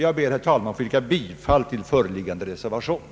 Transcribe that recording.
Jag ber, herr talman, att få yrka bifall till reservationen.